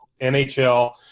NHL